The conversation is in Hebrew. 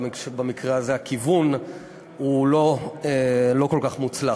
במקרה הזה הכיוון הוא לא כל כך מוצלח.